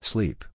Sleep